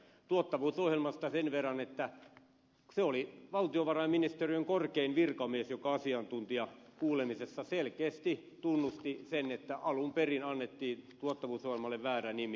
tuottavuusohjelmasta sen verran että se oli valtiovarainministeriön korkein virkamies joka asiantuntijakuulemisessa selkeästi tunnusti sen että alun perin annettiin tuottavuusohjelmalle väärä nimi